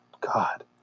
God